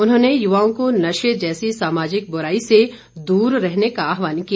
उन्होंने युवाओं को नशे जैसी सामाजिक बुराई से दूर रहने का आहवान किया